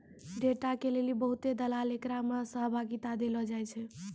data के लेली बहुते दलाल एकरा मे सहभागिता देलो जाय छै